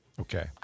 Okay